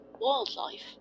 wildlife